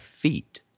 feet